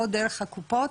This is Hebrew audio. או דרך הקופות,